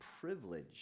privilege